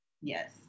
yes